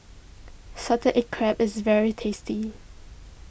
Salted Egg Crab is very tasty